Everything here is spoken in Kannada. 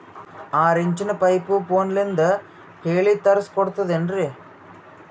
ಆರಿಂಚಿನ ಪೈಪು ಫೋನಲಿಂದ ಹೇಳಿ ತರ್ಸ ಕೊಡ್ತಿರೇನ್ರಿ?